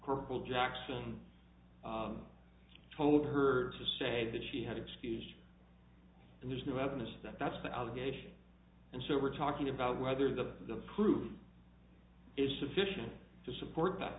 corporal jackson told her to say that she had excused and there's no evidence that that's the allegation and so we're talking about whether the proof is sufficient to support that